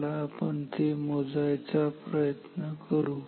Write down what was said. चला आपण ते मोजायचा प्रयत्न करू